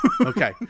Okay